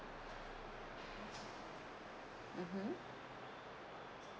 mmhmm